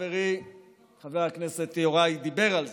וחברי חבר הכנסת יוראי דיבר על זה: